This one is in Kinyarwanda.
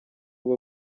bwo